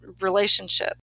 relationship